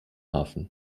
hafen